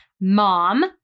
mom